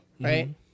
right